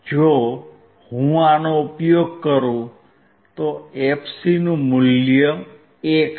જો હું આનો ઉપયોગ કરું તો fc નું મૂલ્ય 1 છે